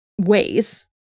ways